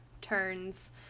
turns